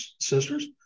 sisters